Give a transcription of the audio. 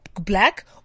black